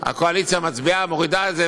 הקואליציה מצביעה,